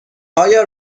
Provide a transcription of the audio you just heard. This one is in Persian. آیا